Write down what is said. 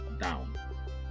down